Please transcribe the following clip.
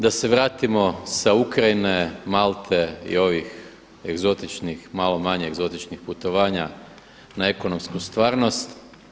Da se vratimo sa Ukrajine, Malte i ovih egzotičnih i malo manje egzotičnih putovanja na ekonomsku stvarnost.